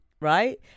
right